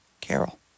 Carol